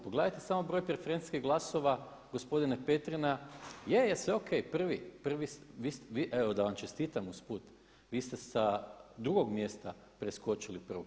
Pogledajte samo broj preferencijskih glasova gospodine Petrina, je, je, sve o.k. prvi, prvi, vi, evo da vam čestitam usput, vi ste sa 2. mjesta preskočili prvog.